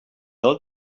old